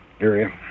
area